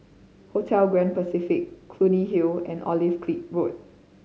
Hotel Grand Pacific Clunny Hill and Olive Road